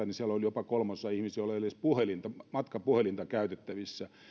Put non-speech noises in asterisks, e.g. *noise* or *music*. *unintelligible* niin siellä on jopa kolmasosa ihmisiä joilla ei ole edes matkapuhelinta käytettävissään